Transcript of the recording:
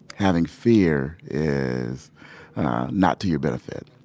having fear is not to your benefit,